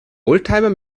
oldtimer